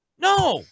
No